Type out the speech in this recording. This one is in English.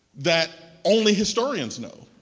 that only historians know.